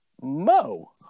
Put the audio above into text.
Mo